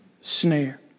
snare